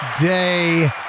day